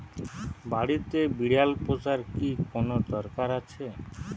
বাড়িতে বিড়াল পোষার কি কোন দরকার আছে?